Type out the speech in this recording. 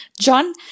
John